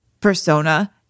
persona